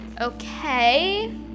Okay